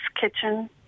Kitchen